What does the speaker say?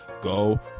go